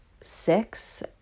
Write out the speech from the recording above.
six